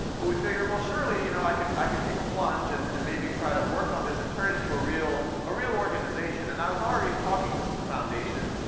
but we figured well surely you know i could i could take a plunge and and maybe try to work on this and turn it into a real a real organization. and i was already talking to some foundations,